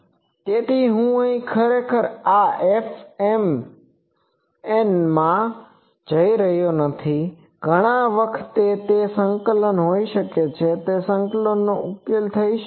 તેથી હવે હું ખરેખર આ Fmnમાં જઈ રહ્યો નથી ઘણા વખતે તેમાં સંકલન હોઈ છે તે સંકલનનો ઉકેલ થઈ શકે છે